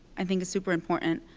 i think is super important.